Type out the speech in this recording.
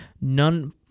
none